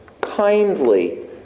kindly